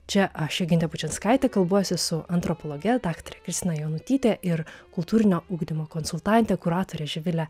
čia aš jogintė bučinskaitė kalbuosi su antropologe daktare kristina jonutyte ir kultūrinio ugdymo konsultante kuratore živile